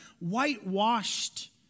whitewashed